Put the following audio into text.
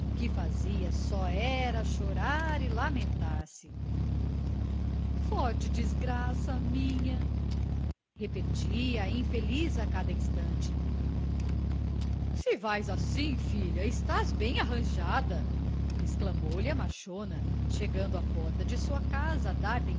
que fazia só era chorar e lamentar-se forte desgraça a minha repetia a infeliz a cada instante se vais assim filha estás bem arranjada exclamou lhe a machona chegando à porta de sua casa a